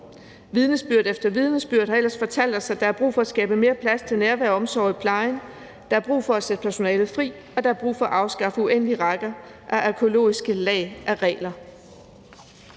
Vidnesbyrd efter vidnesbyrd har ellers fortalt os, at der er brug for at skabe mere plads til nærvær og omsorg i plejen, der er brug for at sætte personalet fri, og der er brug for at afskaffe uendelige rækker af arkæologiske lag af regler.